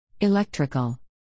electrical